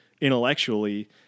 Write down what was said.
intellectually